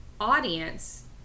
audience